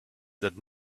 that